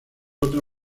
otra